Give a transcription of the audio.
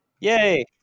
Yay